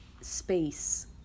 space